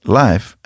life